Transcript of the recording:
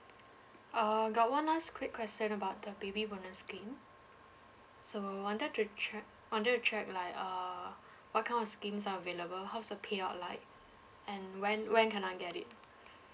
uh I got one last quick question about the baby bonus scheme so wanted to check wanted to check like err what kind of schemes are available how's the payout like and when when can I get it